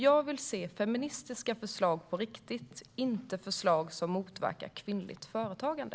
Jag vill se feministiska förslag på riktigt, inte förslag som motverkar kvinnligt företagande.